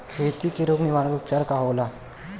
खेती के रोग निवारण उपचार का होला?